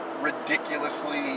ridiculously